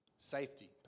safety